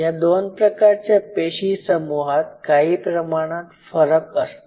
या दोन प्रकारच्या पेशी समुहात काही प्रमाणात फरक असतो